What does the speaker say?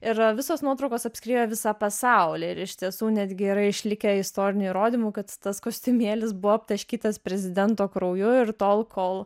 ir visos nuotraukos apskriejo visą pasaulį ir iš tiesų netgi yra išlikę istorinių įrodymų kad tas kostiumėlis buvo aptaškytas prezidento krauju ir tol kol